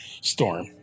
Storm